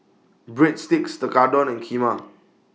Breadsticks Tekkadon and Kheema